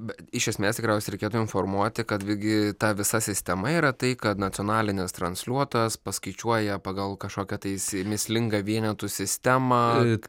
bet iš esmės tikriausiai reikėtų informuoti kad vigi ta visa sistema yra tai kad nacionalinis transliuotojas paskaičiuoja pagal kažkokią tais mįslingą vienetų sistemą